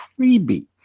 freebie